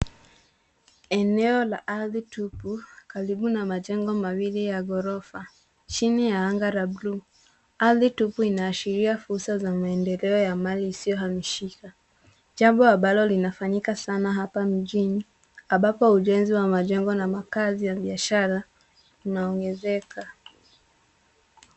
Eneo la ardhi tupu karibu na majengo mawili ya ghorofa chini ya anga la buluu. Ardhi tupu inaashiria fursa za maendeleo ya mali isiyohamishika. Jambo ambalo linafanyika sana hapa mjini ambapo ujenzi wa majengo na makazi ya biashara inaongezeka.